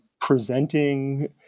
presenting